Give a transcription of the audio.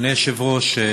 אדוני היושב-ראש,